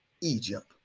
Egypt